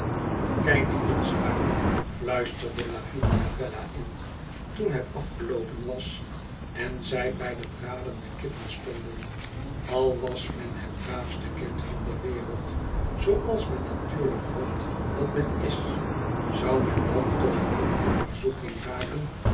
kijk eensnaar ma fluisterde lüeivinia bella in toen het afgeloopen was en zij bij de bradende kippen stonden al was men het braaifste kind van de wereld zooals men natuurlijk hoopt dat men is zou men dan toch niet in verzoeking raken